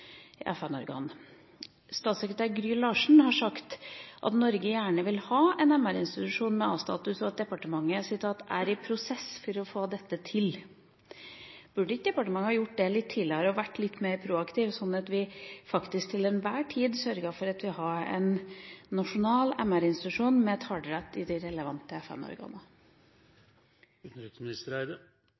FN-organ. Statssekretær Gry Larsen har sagt at Norge gjerne vil ha en MR-institusjon med A-status, og at departementet er i prosess for å få dette til. Burde ikke departementet ha gjort det litt tidligere og vært litt mer proaktivt, sånn at vi faktisk til enhver tid sørget for at vi hadde en nasjonal MR-institusjon med talerett i de relevante